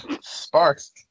Sparks